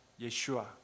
Yeshua